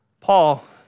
Paul